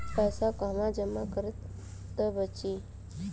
पैसा कहवा जमा करब त बची?